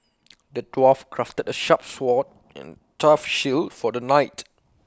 the dwarf crafted A sharp sword and tough shield for the knight